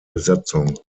besatzung